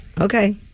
Okay